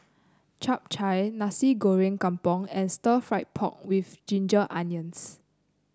Chap Chai Nasi Goreng Kampung and stir fry pork with Ginger Onions